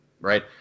right